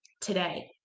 today